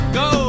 go